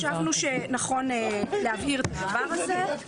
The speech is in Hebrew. חשבנו שנכון להבהיר את הדבר הזה.